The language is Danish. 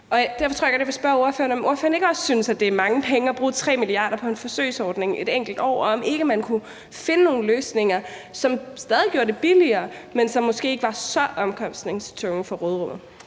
Derfor tror jeg godt, jeg vil spørge ordføreren, om ordføreren ikke også synes, at det er mange penge at bruge 3 mia. kr. på en forsøgsordning et enkelt år, og om ikke man kunne finde nogle løsninger, som stadig gjorde det billigere, men som måske ikke var så omkostningstunge i forhold til råderummet.